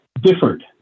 differed